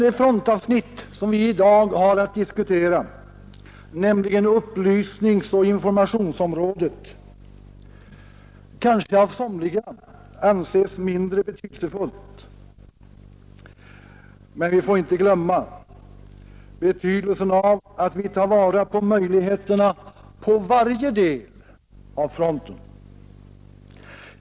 Det frontavsnitt som vi i dag har att diskutera, nämligen upplysningsoch informationsområdet, kanske av somliga anses mindre betydelsefullt, men vi får inte glömma betydelsen av att vi tar vara på möjligheterna på varje del av fronten.